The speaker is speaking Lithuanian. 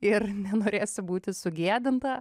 ir nenorėsi būti sugėdinta